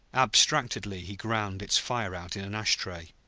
abstractedly, he ground its fire out in an ash-tray.